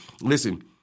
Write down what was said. Listen